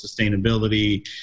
sustainability